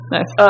Nice